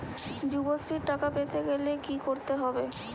যুবশ্রীর টাকা পেতে গেলে কি করতে হবে?